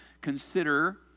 consider